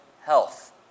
health